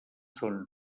són